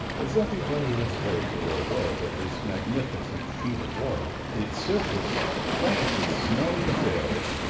as everybody has heard or read of this magnificent sheet of water, its surface flecked with snowy sails,